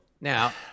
now